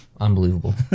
Unbelievable